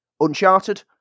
Uncharted